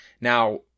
Now